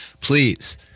Please